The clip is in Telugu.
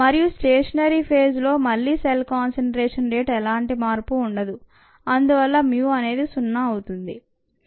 మరియు స్టేషనరీ ఫేస్ లో మళ్లీ సెల్ కాన్సంట్రేషన్ రేట్ ఎలాంటి మార్పు ఉండదు అందువల్ల mu అనేది 0